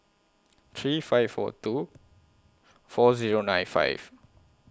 three five four two four Zero nine five